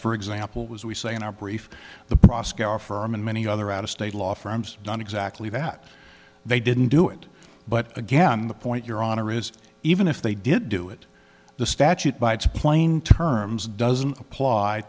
for example was we say in our brief the proskauer firm and many other out of state law firms done exactly that they didn't do it but again the point your honor is even if they did do it the statute by its plain terms doesn't apply